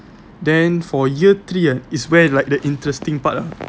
then for year three ah is where like the interesting part lah